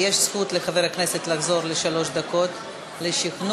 יש זכות לחבר הכנסת לחזור לשלוש דקות לשכנוע.